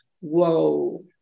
whoa